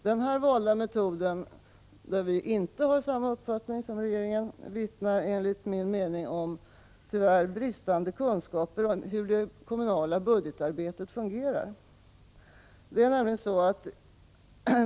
Den valda metoden vittnar enligt min mening om tyvärr bristande kunskaper om hur det kommunala budgetarbetet fungerar.